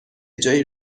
جایی